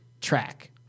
track